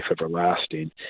everlasting